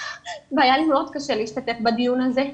היה לי מאוד קשה להשתתף בדיון הזה,